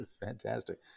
Fantastic